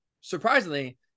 surprisingly